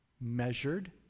measured